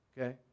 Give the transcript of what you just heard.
Okay